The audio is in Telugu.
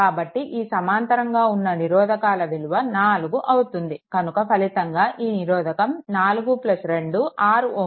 కాబట్టి ఈ సమాంతరంగా ఉన్న నిరోధకాల విలువ 4 అవుతుంది కనుక ఫలితంగా ఈ నిరోధకం 42 6 Ω